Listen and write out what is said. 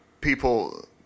people